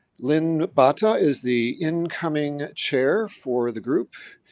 lynn bahta is the incoming chair for the group.